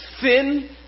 sin